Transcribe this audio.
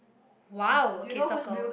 !wow! okay circle